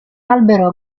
albero